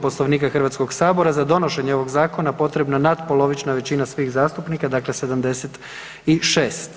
Poslovnika Hrvatskog sabora za donošenje ovog zakona potrebna natpolovična većina svih zastupnika, dakle 76.